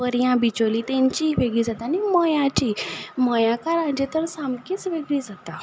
पर्यां बिचोले तांची वेगळी जाता आनी मयाचीं मयांकारांची तर सामकीच वेगळी जाता